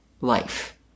life